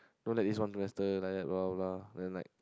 don't let this one semester like that blah blah blah and then like